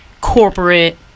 corporate